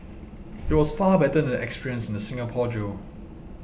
it was far better than the experience in the Singapore jail